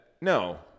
No